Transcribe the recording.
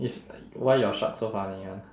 is like why your shark so funny [one]